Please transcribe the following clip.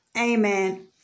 Amen